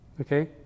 Okay